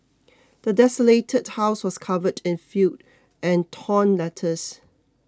the desolated house was covered in filth and torn letters